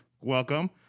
Welcome